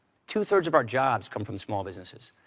two-thirds of our jobs come from small businesses.